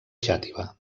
xàtiva